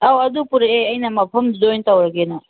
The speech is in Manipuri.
ꯑꯥꯎ ꯑꯗꯨ ꯄꯨꯔꯛꯑꯦ ꯑꯩꯅ ꯃꯐꯝꯗꯨꯗ ꯑꯩꯅ ꯇꯧꯔꯒꯦꯅ